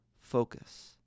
focus